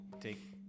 take